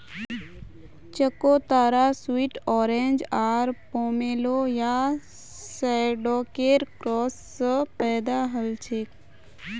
चकोतरा sweet orange आर pomelo या शैडॉकेर क्रॉस स पैदा हलछेक